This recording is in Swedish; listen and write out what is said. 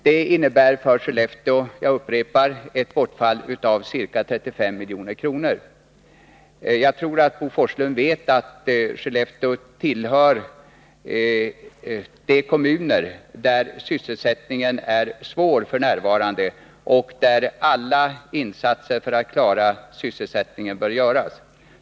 Jag upprepar att det för Skellefteå innebär ett bortfall på ca 35 milj.kr. Bo Forslund vet nog att Skellefteå tillhör de kommuner där sysselsättningen f. n. är svag och där alla insatser för att klara denna bör göras.